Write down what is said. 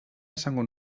esango